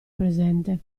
presente